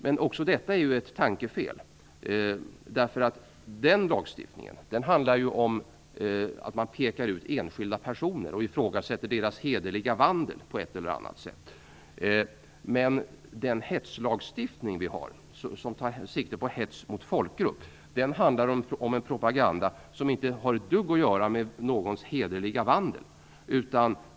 Men också detta är ett tankefel. Den lagstiftningen handlar ju om fall där man pekar ut enskilda personer och på ett eller annat sätt ifrågasätter deras hederliga vandel. Den hetslagstiftning vi har, som tar sikte på hets mot folkgrupp, handlar om sådan propaganda som inte har ett dugg med någons hederliga vandel att göra.